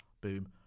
Boom